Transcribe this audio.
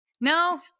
no